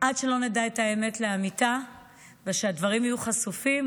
עד שלא נדע את האמת לאמיתה ושהדברים יהיו חשופים,